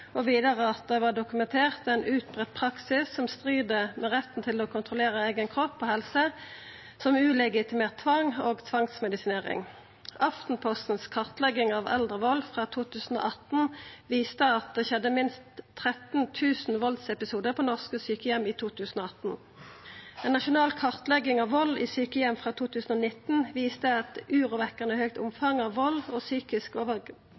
neglisjering. Vidare vart det dokumentert ein utbreidd praksis som strir mot retten til å kontrollera eigen kropp og eiga helse, som ulegitimert tvang og tvangsmedisinering. Aftenpostens kartlegging av eldrevald frå 2018 viste at det skjedde minst 13 000 valdsepisodar på norske sjukeheimar i 2018. Ei nasjonal kartlegging av vald på sjukeheimar i 2019 viste eit urovekkjande høgt omfang av vald og